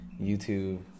YouTube